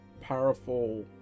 powerful